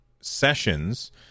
sessions